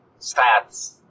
stats